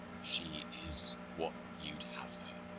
she is what you d have her.